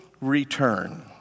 return